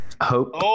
Hope